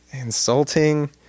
insulting